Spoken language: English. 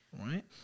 right